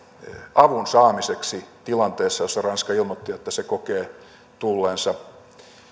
avun saamiseksi tilanteessa jossa ranska ilmoitti että se kokee tulleensa